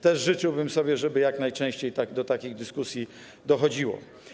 Też życzyłbym sobie, żeby jak najczęściej do takich dyskusji dochodziło.